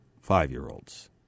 five-year-olds